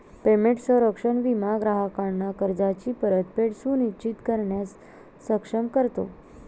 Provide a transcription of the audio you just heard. payment संरक्षण विमा ग्राहकांना कर्जाची परतफेड सुनिश्चित करण्यास सक्षम करतो